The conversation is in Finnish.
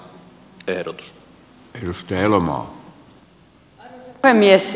arvoisa puhemies